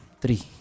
three